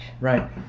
Right